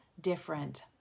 different